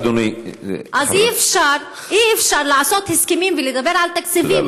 אז אי-אפשר לעשות הסכמים ולדבר על תקציבים,